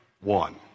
one